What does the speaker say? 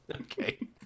Okay